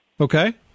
Okay